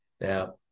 Now